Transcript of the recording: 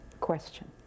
question